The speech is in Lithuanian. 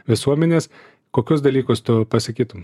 visuomenės kokius dalykus tu pasakytum